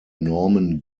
norman